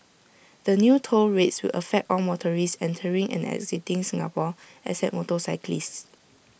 the new toll rates will affect all motorists entering and exiting Singapore except motorcyclists